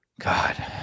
God